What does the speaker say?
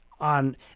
on